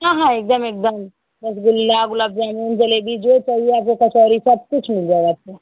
हाँ हाँ एक दम एक दम रसगुल्ला गुलाब जामुन जलेबी जो चाहिए आपको कचौरी सब कुछ मिल जाएगा आपको